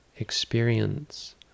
experience